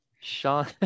Sean